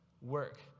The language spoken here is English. Work